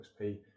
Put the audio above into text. XP